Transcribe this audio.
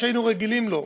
שהיינו רגילים לו.